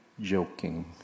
joking